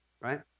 right